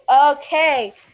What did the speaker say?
Okay